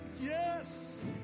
Yes